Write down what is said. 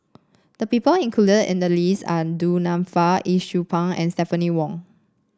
the people included in the list are Du Nanfa Yee Siew Pun and Stephanie Wong